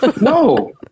no